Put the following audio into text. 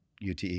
UTE